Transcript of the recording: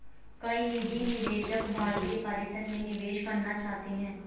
कई निजी निवेशक भारतीय पर्यटन में निवेश करना चाहते हैं